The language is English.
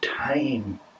time